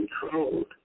controlled